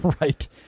right